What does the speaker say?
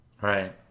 Right